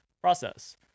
process